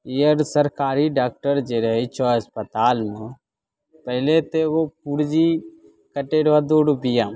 ई आर सरकारी डॉक्टर जे रहैत छै अस्पतालमे पहिले तऽ एगो पूर्जी कटै रहै दू रूपैआ मे